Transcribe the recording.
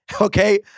Okay